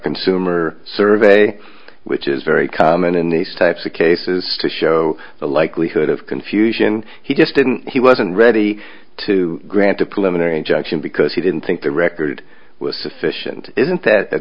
consumer survey which is very common in these types of cases to show the likelihood of confusion he just didn't he wasn't ready to grant to pull him an injunction because he didn't think the record was sufficient isn't that